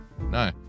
No